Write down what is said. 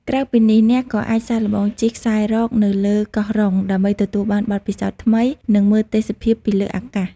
ក្រៅពីនេះ អ្នកក៏អាចសាកល្បង ជិះខ្សែរ៉ក នៅលើកោះរ៉ុងដើម្បីទទួលបានបទពិសោធន៍ថ្មី និងមើលទេសភាពពីលើអាកាស។